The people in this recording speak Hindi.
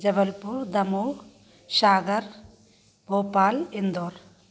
जबलपुर दमोह सागर भोपाल इंदौर